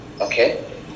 Okay